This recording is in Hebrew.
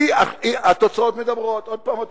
מה לעשות שהתוצאות מדברות.